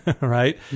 right